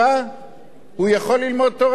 הוא יכול ללמוד תורה, הוא לא יתגייס.